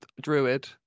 druid